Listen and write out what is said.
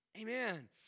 Amen